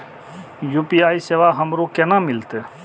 UPI सेवा हमरो केना मिलते?